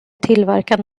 tillverka